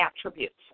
attributes